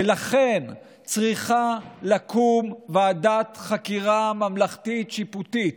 ולכן צריכה לקום ועדת חקירה ממלכתית שיפוטית,